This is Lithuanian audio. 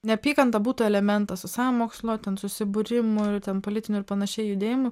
neapykanta būtų elementas o sąmokslo ten susibūrimų ir ten politinių ir panašiai judėjimų